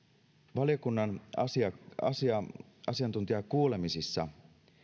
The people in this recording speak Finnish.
valiokunnan asiantuntijakuulemisissa